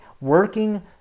working